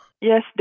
Yes